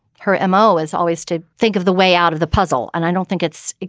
her m o. is always to think of the way out of the puzzle. and i don't think it's.